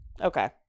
okay